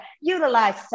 Utilize